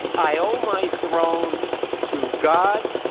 i owe my throne to god,